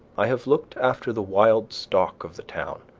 i have looked after the wild stock of the town,